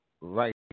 right